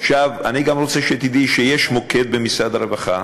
אני גם רוצה שתדעי שיש מוקד במשרד הרווחה,